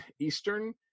eastern